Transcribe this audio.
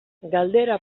galdera